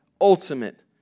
ultimate